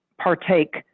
partake